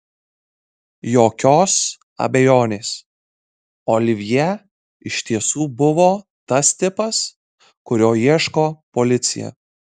jokios abejonės olivjė iš tiesų buvo tas tipas kurio ieško policija